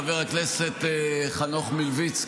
אני רוצה לברך את חברי חבר הכנסת חנוך מלביצקי.